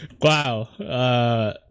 Wow